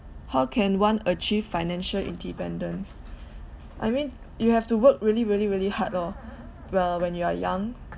how can one achieve financial independence I mean you have to work really really really hard lor when you are young